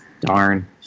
darn